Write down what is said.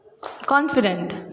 confident